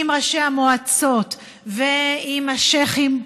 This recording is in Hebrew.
עם ראשי המועצות ועם השיח'ים,